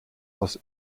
aus